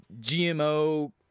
GMO